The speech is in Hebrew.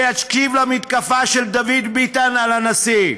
ויקשיב למתקפה של דוד ביטן על הנשיא.